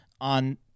on